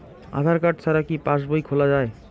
আধার card ছাড়া কি পাসবই খোলা যায়?